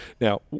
now